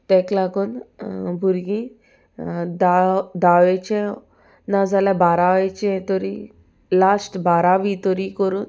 ताका लागून भुरगीं द दावेचें नाजाल्या बारावेचें तरी लास्ट बारावी तरी करून